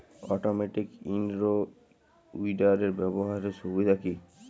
Automatic in row উইডারের ব্যবহারের সুবিধা কি?